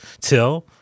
Till